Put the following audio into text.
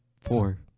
Four